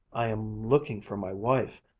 i am looking for my wife.